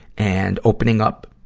and opening up